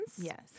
Yes